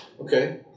Okay